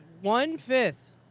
one-fifth